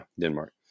Denmark